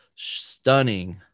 Stunning